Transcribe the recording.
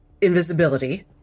invisibility